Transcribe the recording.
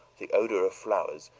the odor of flowers,